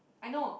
I know